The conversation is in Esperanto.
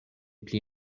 pli